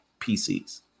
PC's